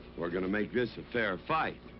we're gonna make this a fair fight.